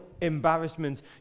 embarrassment